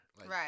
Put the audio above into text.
Right